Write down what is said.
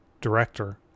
director